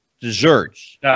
desserts